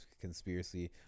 conspiracy